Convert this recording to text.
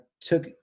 took